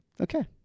okay